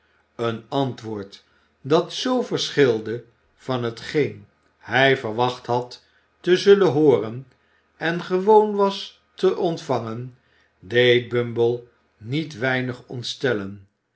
een antwoord dat zoo verschilde van t geen hij verwacht had te zullen hooren en gewoon was te ontvangen deed bumble niet weinig ontstellen